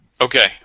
Okay